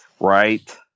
Right